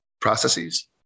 processes